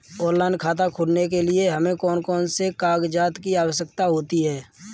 Online खाता खोलने के लिए हमें कौन कौन से कागजात की आवश्यकता होती है?